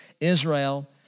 Israel